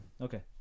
Okay